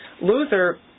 Luther